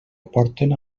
aporten